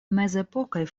mezepokaj